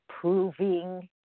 proving